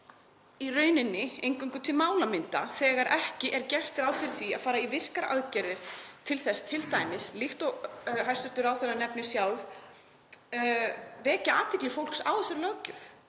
í rauninni eingöngu til málamynda þegar ekki er gert ráð fyrir því að fara í virkar aðgerðir til þess t.d., líkt og hæstv. ráðherra nefnir sjálf, að vekja athygli fólks á þessari löggjöf.